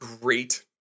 great